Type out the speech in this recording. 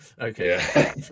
Okay